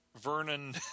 Vernon